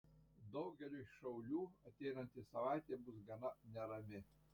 daugeliui šaulių ateinanti savaitė bus gana nerami